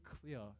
clear